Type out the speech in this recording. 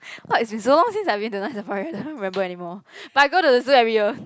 what it's been so long since I've been to Night-Safari I don't remember anymore but I go to the zoo every year